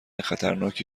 خطرناکی